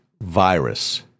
virus